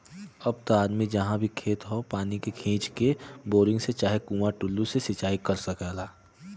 अब त आदमी जहाँ भी खेत हौ पानी के खींच के, बोरिंग से चाहे कुंआ टूल्लू से सिंचाई कर सकला